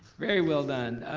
very well done,